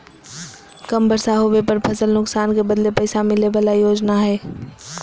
कम बर्षा होबे पर फसल नुकसान के बदले पैसा मिले बला योजना हइ